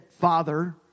father